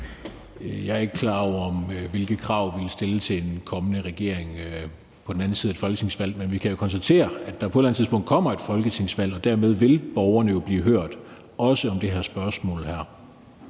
Jeg er ikke klar over, hvilke krav vi vil stille til en kommende regering på den anden side af et folketingsvalg. Men vi kan jo konstatere, at der på et eller andet tidspunkt kommer et folketingsvalg, og dermed vil borgerne jo blive hørt, også om det her spørgsmål her.